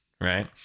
right